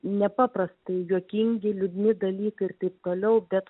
nepaprastai juokingi liūdni dalykai ir taip toliau bet